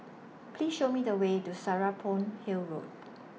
Please Show Me The Way to Serapong Hill Road